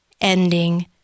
ending